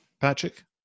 Patrick